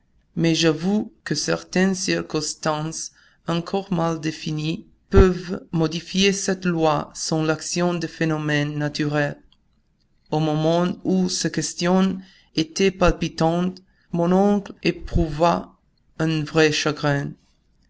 mais j'avoue que certaines circonstances encore mal définies peuvent modifier cette loi sous l'action de phénomènes naturels au moment où ces questions étaient palpitantes mon oncle éprouva un vrai chagrin